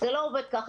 זה לא עובד ככה,